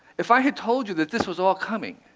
if i had told you that this was all coming,